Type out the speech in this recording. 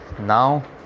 now